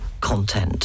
content